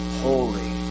holy